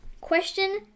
Question